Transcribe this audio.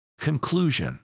Conclusion